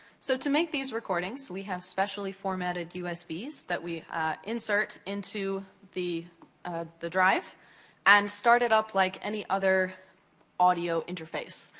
so, to make these recordings, we have specially formatted usbs that we insert into the um the drive and start it up like any other audio interface.